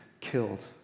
killed